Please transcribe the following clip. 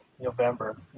November